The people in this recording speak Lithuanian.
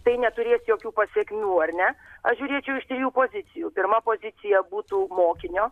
tai neturės jokių pasekmių ar ne aš žiūrėčiau iš trijų pozicijų pirma pozicija būtų mokinio